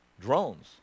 drones